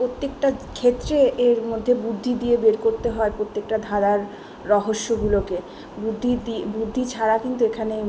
প্রত্যেকটা ক্ষেত্রে এর মধ্যে বুদ্ধি দিয়ে বের করতে হয় প্রত্যেকটা ধারার রহস্যগুলোকে বুদ্ধি দি বুদ্ধি ছাড়া কিন্তু এখানে